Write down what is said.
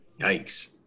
Yikes